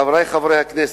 חברי חברי הכנסת,